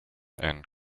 and